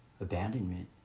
abandonment